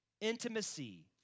intimacy